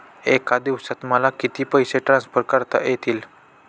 एका दिवसात मला किती पैसे ट्रान्सफर करता येतील?